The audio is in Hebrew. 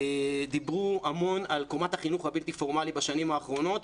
דיברו המון על קומת החינוך הבלתי פורמלי בשנים האחרונות,